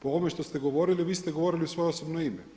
Po ovome što ste govorili vi ste govorili u svoje osobno ime.